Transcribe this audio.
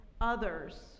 others